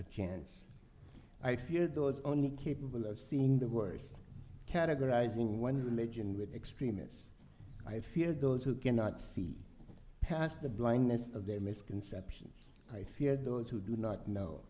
a chance i fear those only capable of seen the worst categorizing one religion with extremists i fear those who cannot see past the blindness of their misconceptions i fear those who do not kno